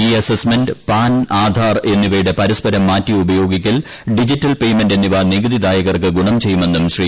E assessment PAN Aadhaar എന്നിവയുടെ പരസ്പരം മാറ്റി ഉപ്പിയോഗിക്കൽ ഡിജിറ്റൽ പേയ്മെന്റ് എന്നിവ നികുതിദായകർക്ക് ഗുണ്ണു പ്പെയ്യുമെന്നും ശ്രീ